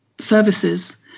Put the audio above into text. services